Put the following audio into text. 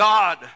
God